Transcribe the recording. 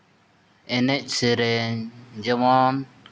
ᱮᱱᱮᱡ ᱥᱮᱨᱧ ᱡᱮᱢᱚᱱ